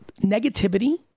Negativity